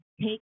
take